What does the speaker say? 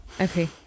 Okay